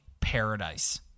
paradise